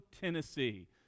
Tennessee